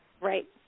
Right